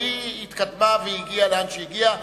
והיא התקדמה והגיעה לאן שהגיעה.